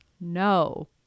no